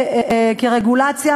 כרגולציה,